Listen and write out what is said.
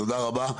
תודה רבה.